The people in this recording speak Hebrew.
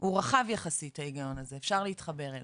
הוא רחב יחסית ההיגיון הזה, אפשר להתחבר אליו,